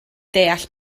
deall